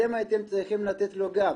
אתם הייתם צריכים לתת לו גב.